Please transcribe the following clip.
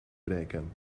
breken